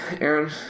Aaron